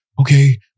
okay